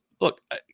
Look